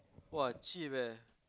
!wah! cheap eh